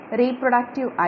reproductive